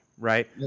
right